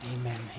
Amen